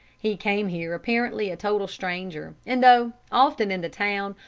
he came here apparently a total stranger, and though often in the town,